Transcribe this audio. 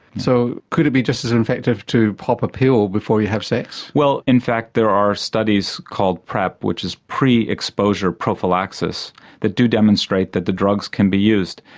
so could it be just as effective to pop a pill before you have sex? well in fact there are studies called prep which is pre-exposure prophylaxis that do demonstrate that the drugs can be used.